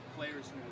players